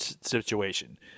situation